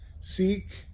Seek